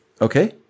Okay